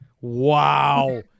Wow